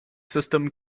system